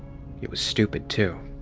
it was stupid, too.